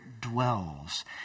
dwells